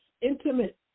intimate